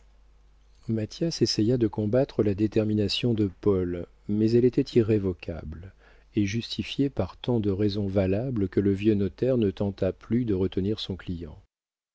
essaya de combattre la détermination de paul mais elle était irrévocable et justifiée par tant de raisons valables que le vieux notaire ne tenta plus de retenir son client